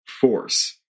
force